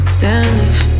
damage